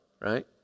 right